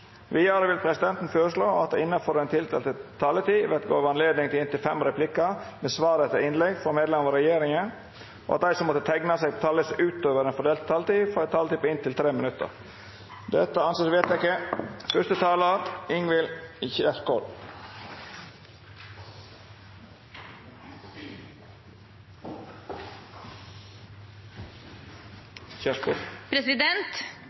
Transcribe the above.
Vidare vil presidenten føreslå at det – innanfor den fordelte taletida – vert gjeve høve til inntil fem replikkar med svar etter innlegg frå medlemer av regjeringa, og at dei som måtte teikna seg på talarlista utover den fordelte taletida, får ei taletid på inntil 3 minutt. – Det er vedteke.